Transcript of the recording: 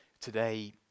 today